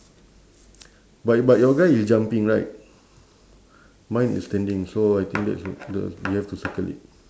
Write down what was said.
but but your guy is jumping right mine is standing so I think that's the the we have to circle it